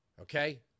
Okay